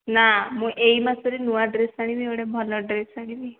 ନା ମୁଁ ଏହି ମାସରେ ନୂଆ ଡ୍ରେସ୍ ଆଣିବି ଗୋଟେ ଭଲ ଡ୍ରେସ୍ ଆଣିବି